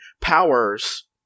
powers